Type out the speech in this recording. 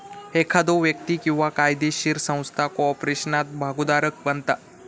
एखादो व्यक्ती किंवा कायदोशीर संस्था कॉर्पोरेशनात भागोधारक बनता